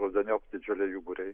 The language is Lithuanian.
rudeniop didžiuliai jų būriai